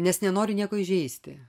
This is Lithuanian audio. nes nenoriu nieko įžeisti